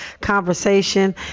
conversation